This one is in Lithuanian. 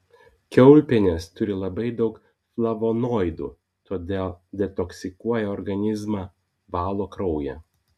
kiaulpienės turi labai daug flavonoidų todėl detoksikuoja organizmą valo kraują